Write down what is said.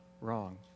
wrong